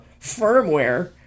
firmware